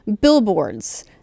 billboards